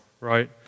right